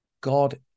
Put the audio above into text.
God